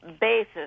basis